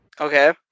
Okay